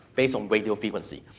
based on radio frequency.